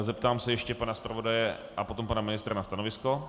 Zeptám se ještě pana zpravodaje a potom pana ministra na stanovisko.